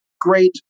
Great